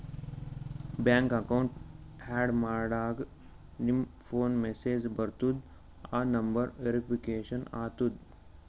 bank account add ಮಾಡಾಗ್ ನಿಮ್ ಫೋನ್ಗ ಮೆಸೇಜ್ ಬರ್ತುದ್ ಆ ನಂಬರ್ ವೇರಿಫಿಕೇಷನ್ ಆತುದ್